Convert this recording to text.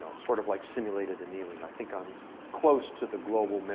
sort of like simulating in erlang. i think i'm close to the global,